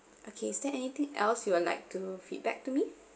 okay is there anything else you will like to feedback to me